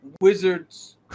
wizards